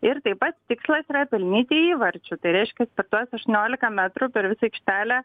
ir taip pat tikslas yra pelnyti įvarčių tai reiškia per tuos aštuoniolika metrų per visą aikštelę